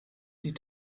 die